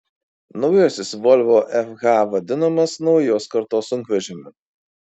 naujasis volvo fh vadinamas naujos kartos sunkvežimiu